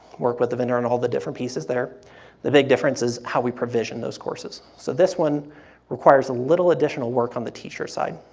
work with the vendor on and all the different pieces there, the big difference is how we provision those courses. so this one requires a little additional work on the teacher's side,